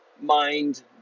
mind